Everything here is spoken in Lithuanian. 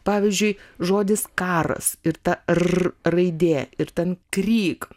pavyzdžiui žodis karas ir ta r raidė ir ten kryk